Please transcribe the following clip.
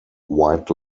white